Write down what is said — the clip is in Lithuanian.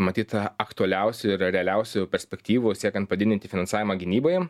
matyt a aktualiausių ir realiausių perspektyvų siekiant padidinti finansavimą gynyboje